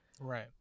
right